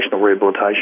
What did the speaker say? rehabilitation